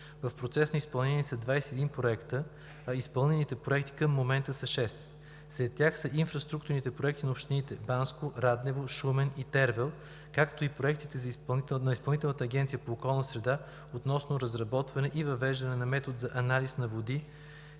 В процес на изпълнение са 21 проекта, а изпълнените към момента са 6. Сред тях са инфраструктурните проекти на общините Банско, Раднево, Шумен и Тервел, както и проектите на Изпълнителната агенция по околна среда относно разработване и въвеждане на метод за анализ на води,